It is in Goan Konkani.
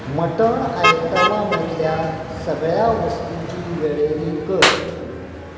मटण आयटमा मदल्या सगळ्या वस्तूची वेळेरी कर